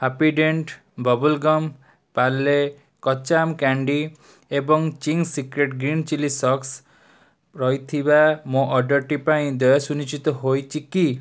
Happydent bubble gum Parle କଞ୍ଚା ଆମ୍ବ candy ଏବଂ Ching's secret green chilli sauce ରହିଥିବା ମୋ ଅର୍ଡ଼ର୍ଟି ପାଇଁ ଦେୟ ସୁନିଶ୍ଚିତ ହୋଇଛି କି